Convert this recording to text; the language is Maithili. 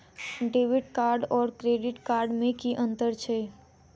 डेबिट कार्ड आओर क्रेडिट कार्ड मे की अन्तर छैक?